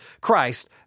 Christ